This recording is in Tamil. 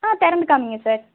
ஆ திறந்து காமிங்க சார்